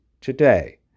today